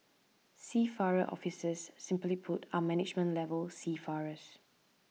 seafarer officers simply put are management level seafarers